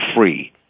free